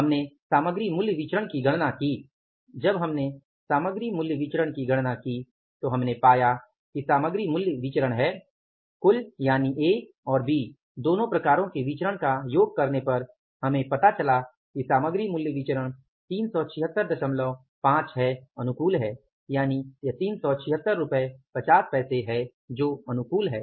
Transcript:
हमने सामग्री मूल्य विचरण की गणना की जब हमने सामग्री मूल्य विचरण की गणना की तो हमने पाया कि सामग्री मूल्य विचरण है कुल यानि ए और बी दोनों प्रकारों के विचरण का योग करने पर हमें पता चला कि सामग्री मूल्य विचरण 3765 अनुकूल है